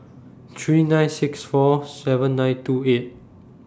three nine six four seven nine two eight